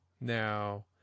Now